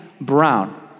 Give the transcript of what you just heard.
brown